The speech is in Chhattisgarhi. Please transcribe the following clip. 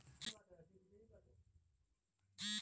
ए.टी.एम कारड के का फायदा हे अऊ इला कैसे बनवाथे?